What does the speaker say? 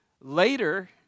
Later